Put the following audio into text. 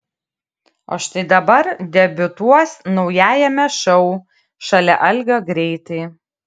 o štai dabar debiutuos naujajame šou šalia algio greitai